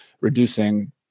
reducing